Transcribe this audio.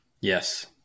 Yes